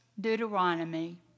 Deuteronomy